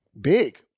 big